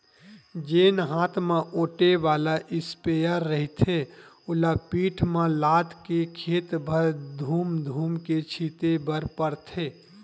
जेन हात म ओटे वाला इस्पेयर रहिथे ओला पीठ म लादके खेत भर धूम धूम के छिते बर परथे